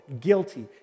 guilty